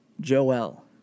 Joel